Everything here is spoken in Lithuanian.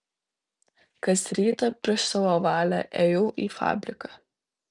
kas rytą prieš savo valią ėjau į fabriką